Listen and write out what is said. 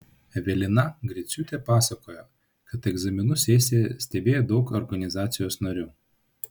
evelina greiciūtė pasakojo kad egzaminų sesiją stebėjo daug organizacijos narių